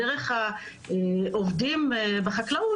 דרך העובדים בחקלאות,